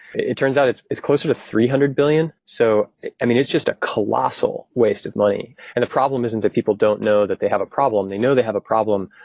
it turns out it's it's closer to three hundred billion. so i mean, just a colossal waste of money, and the problem isn't that people don't know that they have a problem. they know they have a problem.